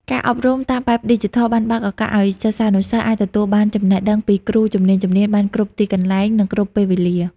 ការអប់រំតាមបែបឌីជីថលបានបើកឱកាសឱ្យសិស្សានុសិស្សអាចទទួលបានចំណេះដឹងពីគ្រូជំនាញៗបានគ្រប់ទីកន្លែង និងគ្រប់ពេលវេលា។